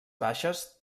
baixes